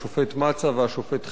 השופט מצא והשופט חשין,